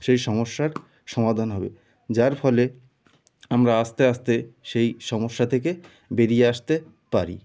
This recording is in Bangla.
সেই সমস্যার সমধান হবে যার ফলে আমরা আস্তে আস্তে সেই সমস্যা থেকে বেরিয়ে আসতে পারি